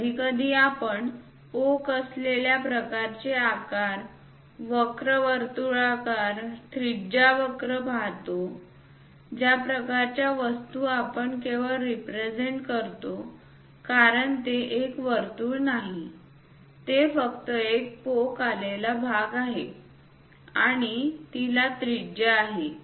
कधीकधी आपण पोक आलेल्या प्रकारचे आकार वक्र वर्तुळाकार त्रिज्या वक्र पाहतो ज्या प्रकारच्या वस्तू आपण केवळ रिप्रेझेंट करतो कारण ते एक वर्तुळ नाही ते फक्त एक पोक आलेला भाग आहे आणि तिला त्रिज्या आहे